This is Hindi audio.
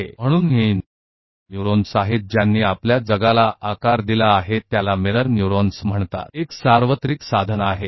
तो यह न्यूरॉन्स है जिसने दर्पण न्यूरॉन्स नामक हमारी दुनिया को आकार दिया है यह लोगों को जानने का सार्वभौमिक उपकरण है